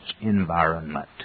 environment